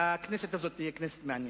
הכנסת הזו תהיה כנסת מעניינת.